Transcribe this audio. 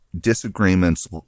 disagreements